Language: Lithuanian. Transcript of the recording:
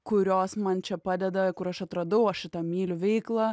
kurios man čia padeda kur aš atradau aš šitą myliu veiklą